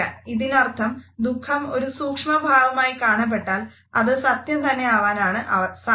ഇതിനർത്ഥം ദുഃഖം ഒരു സൂക്ഷ്മഭാവമായി കാണപ്പെട്ടാൽ അത് സത്യം തന്നെയാവാനാണ് സാധ്യത